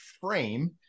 frame